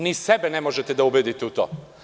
Ni sebe ne možete da ubedite u to.